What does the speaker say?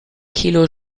kilo